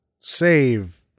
save